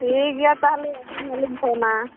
ᱴᱷᱤᱠᱜᱮᱭᱟ ᱛᱟᱞᱦᱮ ᱦᱮᱸ ᱟᱹᱞᱤᱧ ᱦᱟᱸᱜᱞᱤᱧ ᱯᱷᱳᱱᱟ